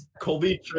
Colby